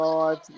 God